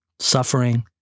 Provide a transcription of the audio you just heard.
Suffering